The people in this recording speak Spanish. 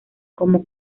como